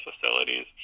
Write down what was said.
facilities